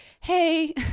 hey